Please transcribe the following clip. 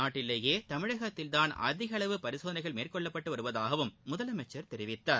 நாட்டிலேயே தமிழகத்தில்தாள் அதிக அளவு பரிசோதனைகள் மேறகொள்ளப்பட்டு வருவதாகவும் முதலமைச்சர் தெரிவித்தார்